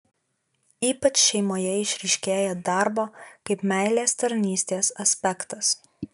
ypač šeimoje išryškėja darbo kaip meilės tarnystės aspektas